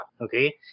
okay